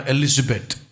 Elizabeth